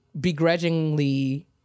begrudgingly